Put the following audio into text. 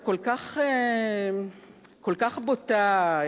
הכל-כך בוטה,